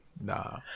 Nah